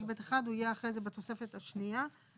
לעובד ניקיון שמועסק 6 ימים בשבוע (באחוזים/שקלים חדשים)